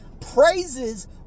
praises